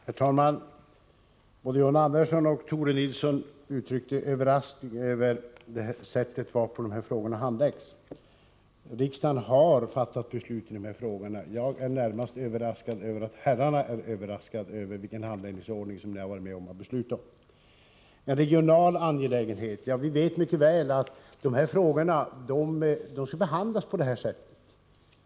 Herr talman! Både John Andersson och Tore Nilsson har uttryckt överraskning över det sätt varpå de här frågorna handläggs. Riksdagen har fattat beslut om detta. Jag är närmast överraskad över att herrarna är överraskade över den handläggningsordning som ni varit med att besluta om. Beträffande att det är en regional angelägenhet: Vi vet mycket väl att de här frågorna skall behandlas på detta sätt.